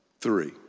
three